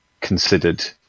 considered